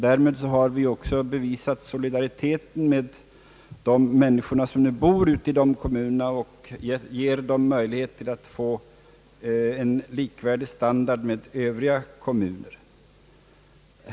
Därmed har vi också bevisat solidariteten med de människor som bor i dessa kommuner och som därigenom ges möjlighet att få en likvärdig standard med invånare i övriga kommuner.